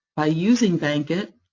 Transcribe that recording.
by using bankit.